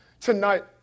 Tonight